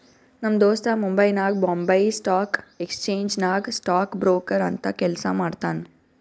ನಮ್ ದೋಸ್ತ ಮುಂಬೈನಾಗ್ ಬೊಂಬೈ ಸ್ಟಾಕ್ ಎಕ್ಸ್ಚೇಂಜ್ ನಾಗ್ ಸ್ಟಾಕ್ ಬ್ರೋಕರ್ ಅಂತ್ ಕೆಲ್ಸಾ ಮಾಡ್ತಾನ್